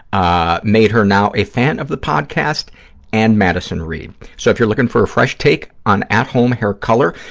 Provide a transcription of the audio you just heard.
ah made her now a fan of the podcast and madison reed. so, if you're looking for a fresh take on at-home hair color,